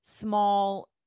small